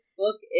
book